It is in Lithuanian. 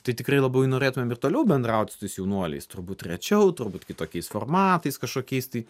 tai tikrai labai norėtumėm ir toliau bendraut su tais jaunuoliais turbūt rečiau turbūt kitokiais formatais kažkokiais tai